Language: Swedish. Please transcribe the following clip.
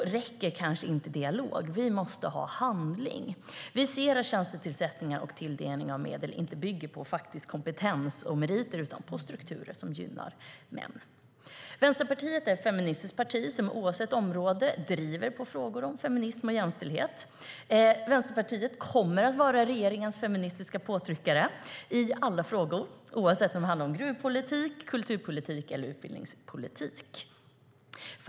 Då räcker inte dialog. Vi måste ha handling. Vi kan se att tjänstetillsättningar och tilldelning av medel inte bygger på faktisk kompetens och meriter utan på strukturer som gynnar män. Vänsterpartiet är ett feministiskt parti som oavsett område driver på frågor om feminism och jämställdhet. Vänsterpartiet kommer att vara regeringens feministiska påtryckare i alla frågor, oavsett om det handlar om gruvpolitik, kulturpolitik eller utbildningspolitik.